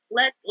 let